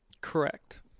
Correct